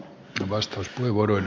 arvoisa puhemies